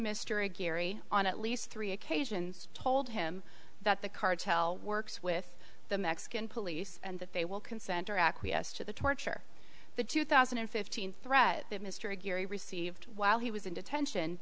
a gary on at least three occasions told him that the cartel works with the mexican police and that they will consent or acquiesce to the torture the two thousand and fifteen threat that mr geary received while he was in detention